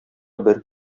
бер